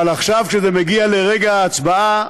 אבל עכשיו, כשזה מגיע לרגע ההצבעה,